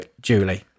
Julie